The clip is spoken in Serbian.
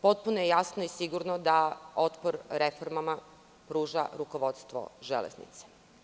Potpuno je jasno i sigurno da otpor reformama pruža rukovodstva Železnica.